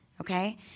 Okay